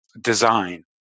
design